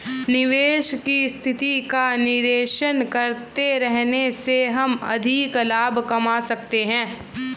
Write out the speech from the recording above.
निवेश की स्थिति का निरीक्षण करते रहने से हम अधिक लाभ कमा सकते हैं